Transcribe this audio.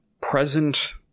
present